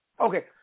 okay